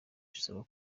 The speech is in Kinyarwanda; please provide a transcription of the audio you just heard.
bisaba